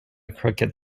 crooked